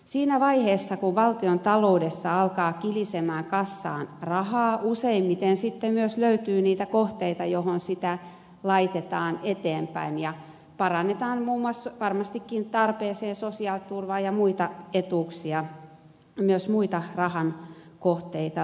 siinä vaiheessa kun valtiontaloudessa alkaa kilistä kassaan rahaa useimmiten sitten löytyy myös niitä kohteita joihin sitä laitetaan eteenpäin ja parannetaan muun muassa varmastikin tarpeeseen sosiaaliturvaa ja muita etuuksia myös muita rahan kohteita löytyy